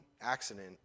accident